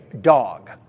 dog